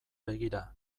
begira